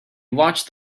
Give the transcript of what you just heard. watched